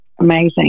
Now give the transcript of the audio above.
amazing